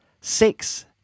six